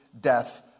death